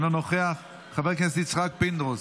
אינו נוכח, חבר הכנסת יצחק פינדרוס,